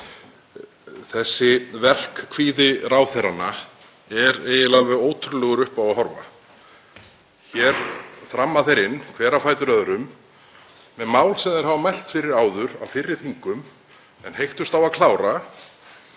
Þessi verkkvíði ráðherranna er eiginlega alveg ótrúlegur upp á að horfa. Hér þramma þeir inn, hver á fætur öðrum, með mál sem þeir hafa mælt fyrir á fyrri þingum en heyktust á að klára,